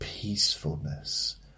peacefulness